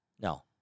No